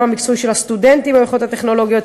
המקצועי של הסטודנטים במכללות הטכנולוגיות.